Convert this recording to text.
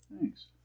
Thanks